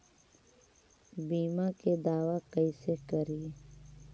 बीमा के दावा कैसे करी?